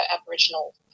Aboriginal